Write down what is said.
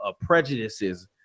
prejudices